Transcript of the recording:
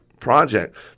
project